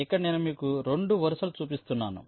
ఇక్కడ నేను మీకు రెండు వరుసలు చూపిస్తున్నాను